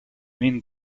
main